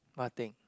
what thing